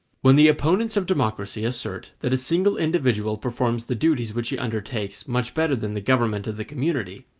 when the opponents of democracy assert that a single individual performs the duties which he undertakes much better than the government of the community,